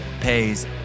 pays